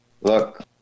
look